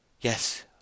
Yes